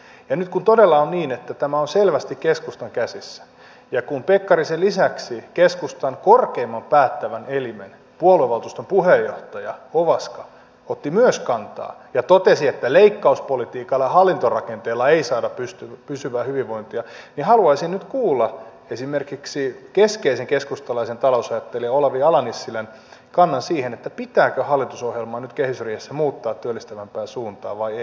ja nyt kun todella on niin että tämä on selvästi keskustan käsissä ja kun pekkarisen lisäksi keskustan korkeimman päättävän elimen puoluevaltuuston puheenjohtaja ovaska otti myös kantaa ja totesi että leikkauspolitiikalla ja hallintorakenteella ei saada pysyvää hyvinvointia niin haluaisin nyt kuulla esimerkiksi keskeisen keskustalaisen talousajattelijan olavi ala nissilän kannan siihen pitääkö hallitusohjelmaa nyt kehysriihessä muuttaa työllistävämpään suuntaan vai ei